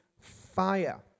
fire